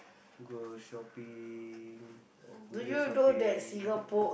go shopping or window shopping